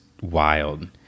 wild